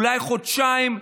אולי חודשיים,